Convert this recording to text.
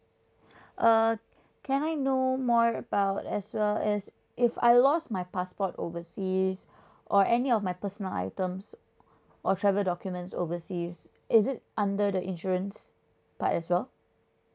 uh can I know more about as well as if I lost my passport overseas or any of my personal items or travel documents overseas is it under the insurance part as well